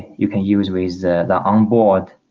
you can use with the the onboard